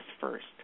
first